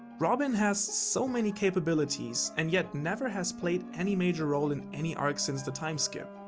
robin has so many capabilities and yet never has played any major role in any arc since the time skip.